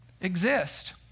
exist